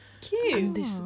Cute